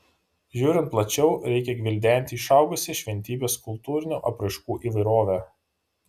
žiūrint plačiau reikia gvildenti išaugusią šventybės kultūrinių apraiškų įvairovę